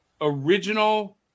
original